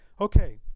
Okay